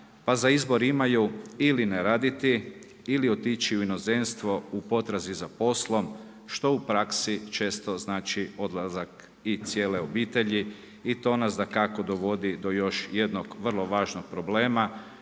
pa za izbor imaju ili ne raditi ili otići u inozemstvo u potrazi za poslom, što u praksi često znači odlazak i cijele obitelji i to nas dakako dovodi do još jednog vrlo važnog problema,